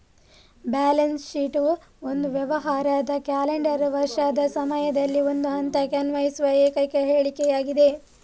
balance sheet ಒಂದು ವ್ಯವಹಾರದ calendar ವರ್ಷದ ಸಮಯದಲ್ಲಿ ಒಂದು ಹಂತಕ್ಕೆ ಅನ್ವಯಿಸುವ ಏಕೈಕ ಹೇಳಿಕೆಯಾಗಿದೆ